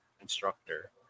instructor